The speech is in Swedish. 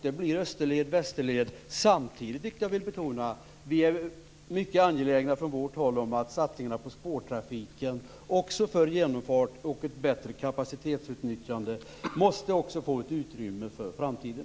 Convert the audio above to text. Det blir Samtidigt, vilket jag vill betona, är vi mycket angelägna från vårt håll om att satsningarna på spårtrafiken, även för genomfart, och ett bättre kapacitetsutnyttjande också måste få ett utrymme för framtiden.